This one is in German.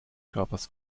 körpers